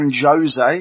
Jose